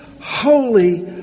holy